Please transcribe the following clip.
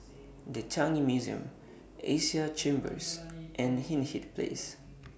The Changi Museum Asia Chambers and Hindhede Place